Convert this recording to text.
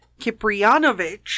Kiprianovich